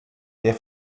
der